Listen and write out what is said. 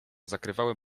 zakrywały